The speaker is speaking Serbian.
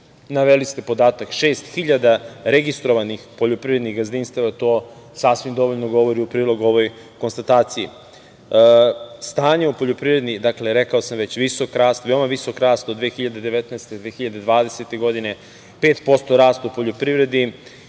naveli ste podatak – šest hiljada registrovanih poljoprivrednih gazdinstava, to sasvim dovoljno govori u prilog ovoj konstataciji. Stanje u poljoprivredi – rekao sam već, visok rast, veoma visok rast od 2019. i 2020. godine – 5% rast u poljoprivredi